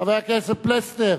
חבר הכנסת פלסנר,